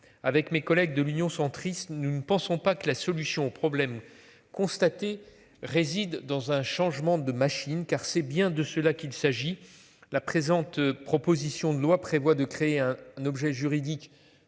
avec mes collègues de l'Union centriste. Nous ne pensons pas que la solution aux problèmes constatés réside dans un changement de machine car c'est bien de cela qu'il s'agit la présente, proposition de loi prévoit de créer un objet juridique